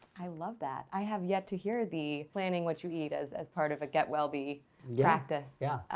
i love that. i have yet to hear the planning what you eat as as part of a getwellbe practice. yeah,